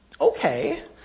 okay